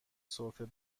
سرفه